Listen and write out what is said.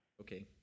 Okay